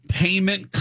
payment